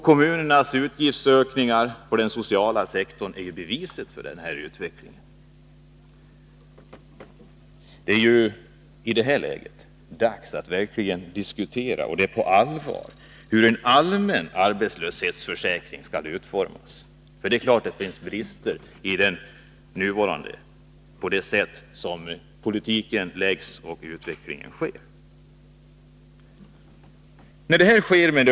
Kommunernas utgiftsökningar på den sociala sektorn är beviset på den här utvecklingen. I det läget är det dags att på allvar diskutera hur en allmän arbetslöshetsförsäkring skall utformas. Efter den utveckling som den förda politiken har fört med sig finns det givetvis brister i den nuvarande arbetslöshetsförsäkringen.